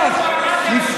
תגיד לי,